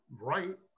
right